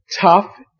tough